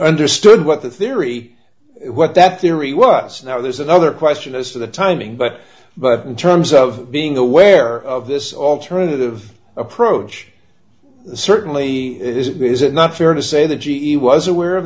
understood what the theory what that theory was now there's another question as to the timing but but in terms of being aware of this alternative approach certainly is it is it not fair to say that g e was aware of